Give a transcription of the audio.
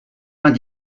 vingt